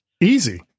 Easy